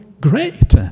great